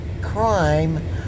crime